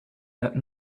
that